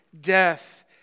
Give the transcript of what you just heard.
death